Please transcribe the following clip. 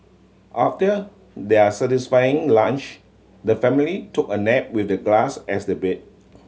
after their satisfying lunch the family took a nap with the grass as the bed